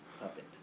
Puppet